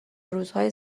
روزهای